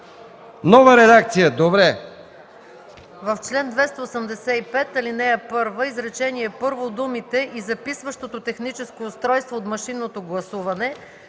Нова редакция – добре.